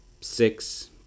six